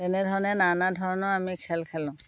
তেনেধৰণে নানা ধৰণৰ আমি খেল খেলোঁ